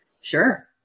Sure